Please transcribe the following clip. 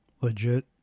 Legit